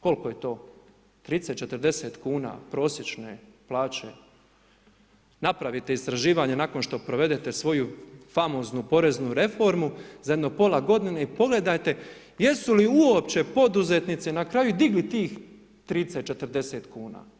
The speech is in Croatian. Koliko je to 30, 40 kn prosječne plaće napravite istraživanje, nakon što provedete svoju famoznu poreznu reformu, za jedno pola godine i pogledajte jesu li uopće poduzetnici na kraju digli tih 30, 40 kn.